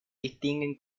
distinguen